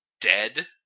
dead